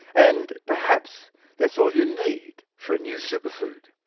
and perhaps that's all you need for a new superfood.